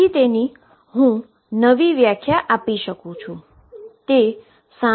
તેથી તેની હું તેની નવી વ્યાખ્યા આપી શકુ છુ